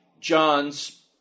John's